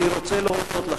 אני רוצה להודות לכם.